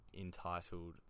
entitled